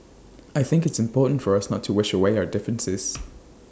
I think it's important for us not to wish away our differences